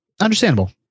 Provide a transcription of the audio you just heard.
Understandable